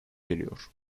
geliyor